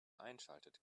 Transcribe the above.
einschaltet